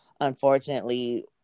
unfortunately